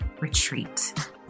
Retreat